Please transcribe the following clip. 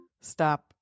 Stop